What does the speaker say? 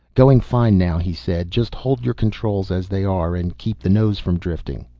going fine now, he said. just hold your controls as they are and keep the nose from drifting.